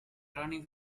turning